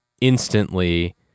instantly